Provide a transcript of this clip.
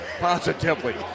Positively